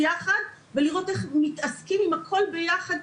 ולראות איך מתעסקים על הכל יחד.